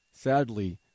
Sadly